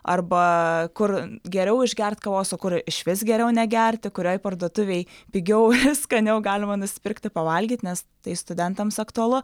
arba kur geriau išgert kavos o kur išvis geriau negerti kurioj parduotuvėj pigiau ir skaniau galima nusipirkti pavalgyt nes tai studentams aktualu